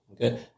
Okay